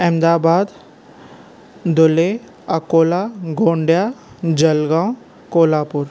Ahmedabad Dhule Akola Gondia Jalgaon Kolhapur